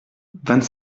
vingt